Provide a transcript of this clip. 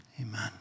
amen